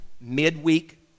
midweek